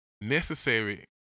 necessary